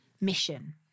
mission